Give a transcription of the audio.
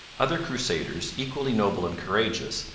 other crusaders, equally noble and courageous,